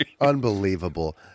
Unbelievable